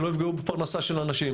שלא יפגעו בפרנסה של אנשים,